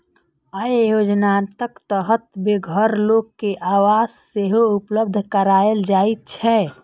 अय योजनाक तहत बेघर लोक कें आवास सेहो उपलब्ध कराएल जाइ छै